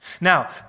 Now